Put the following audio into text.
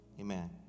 amen